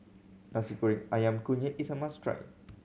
Nasi Goreng Ayam Kunyit is a must try